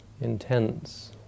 intense